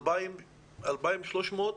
2,300?